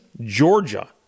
Georgia